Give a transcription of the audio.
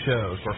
shows